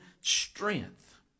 strength